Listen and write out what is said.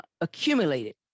accumulated